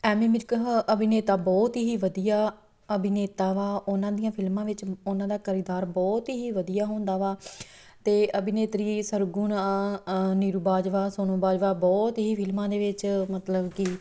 ਐਮੀ ਵਿਰਕ ਹ ਅਭਿਨੇਤਾ ਬਹੁਤ ਹੀ ਵਧੀਆ ਅਭਿਨੇਤਾ ਵਾ ਉਹਨਾਂ ਦੀਆਂ ਫਿਲਮਾਂ ਵਿੱਚ ਉਹਨਾਂ ਦਾ ਕਿਰਦਾਰ ਬਹੁਤ ਹੀ ਵਧੀਆ ਹੁੰਦਾ ਵਾ ਅਤੇ ਅਭਿਨੇਤਰੀ ਸਰਗੁਣ ਨੀਰੂ ਬਾਜਵਾ ਸੋਨਮ ਬਾਜਵਾ ਬਹੁਤ ਹੀ ਫਿਲਮਾਂ ਦੇ ਵਿੱਚ ਮਤਲਬ ਕਿ